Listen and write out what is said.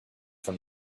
from